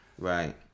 Right